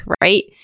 right